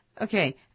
Okay